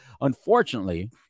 unfortunately